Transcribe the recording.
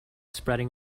spreading